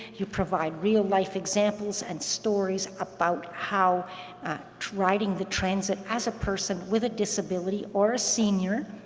you provide real-life examples and stories about how riding the transit as a person with a disability or a senior,